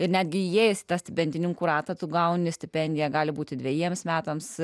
ir netgi jais tapti bendrininkų ratą tu gauni stipendiją gali būti dvejiems metams